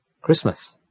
Christmas